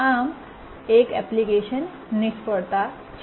આમ એક એપ્લિકેશનની નિષ્ફળતા છે